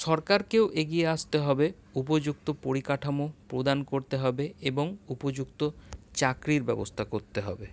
সরকারকেও এগিয়ে আসতে হবে উপযুক্ত পরিকাঠাম প্রদান করতে হবে এবং উপযুক্ত চাকরির ব্যবস্থা করতে হবে